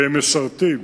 והם משרתים